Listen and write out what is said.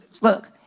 look